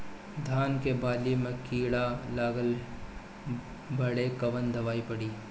धान के बाली में कीड़ा लगल बाड़े कवन दवाई पड़ी?